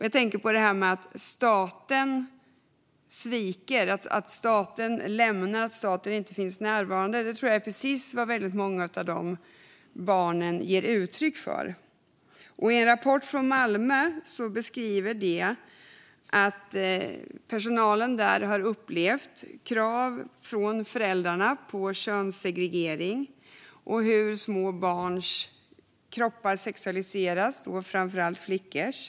Jag tänker på att staten sviker och inte finns närvarande, och jag tror att det är precis det som många av de barnen ger uttryck för. I en rapport från Malmö beskrivs det hur personal upplever krav från föräldrar på könssegregering och hur små barns kroppar sexualiseras, framför allt flickors.